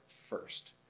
first